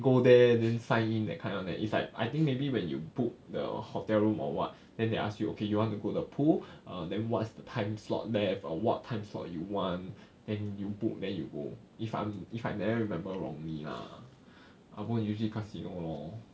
go there then sign in that kind [one] leh I think maybe when you book the hotel room or what then they ask you okay you want to go to the pool err then what's the time slot there or what time slot you want then you book then you go if I'm if I never remember wrongly lah ah bo usually casino lor